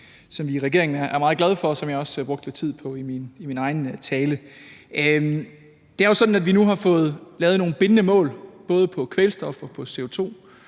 som vi i regeringen er meget glade for, og som jeg også brugte lidt tid på i min egen tale. Det er jo sådan, at vi nu har fået lavet nogle bindende mål både i forhold til kvælstof og CO2,